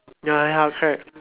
ya ya correct